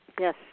Yes